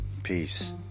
Peace